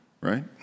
right